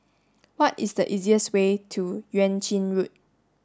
what is the easiest way to Yuan Ching Road